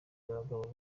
abagabo